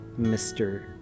Mr